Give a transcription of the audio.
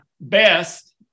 best